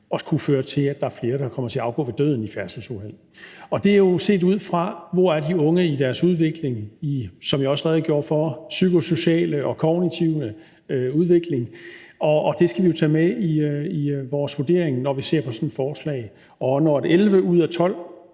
også kunne føre til, at der er flere, der kommer til at afgå ved døden i færdselsuheld. Det er jo set, ud fra hvor de unge er i deres psykosociale og kognitive udvikling, hvilket jeg også redegjorde for, og det skal vi jo tage med i vores vurdering, når vi ser på sådan et forslag, og når 11 ud af 12